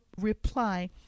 reply